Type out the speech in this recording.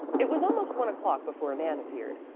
it was almost one o'clock before nan appeared.